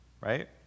Right